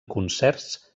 concerts